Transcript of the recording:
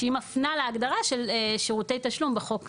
שהיא מפנה להגדרה של שירותי תשלום בחוק זה.